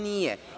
Nije.